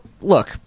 look